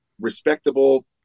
respectable